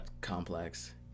Complex